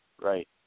right